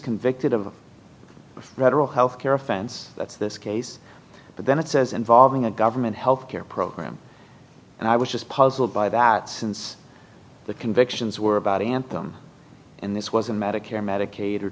convicted of a frederick healthcare offense that's this case but then it says involving a government health care program and i was just puzzled by that since the convictions were about the anthem in this was a medicare medicaid or